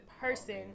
person